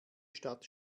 stadt